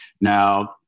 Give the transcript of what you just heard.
Now